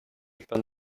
upon